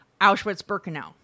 Auschwitz-Birkenau